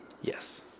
Yes